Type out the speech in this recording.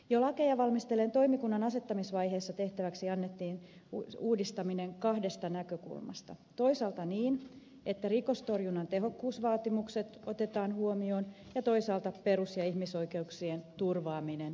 jo lakeja valmistelleen toimikunnan asettamisvaiheessa tehtäväksi annettiin uudistaminen kahdesta näkökulmasta toisaalta niin että rikostorjunnan tehokkuusvaatimukset otetaan huomioon ja toisaalta perus ja ihmisoikeuksien turvaaminen asetettiin tavoitteeksi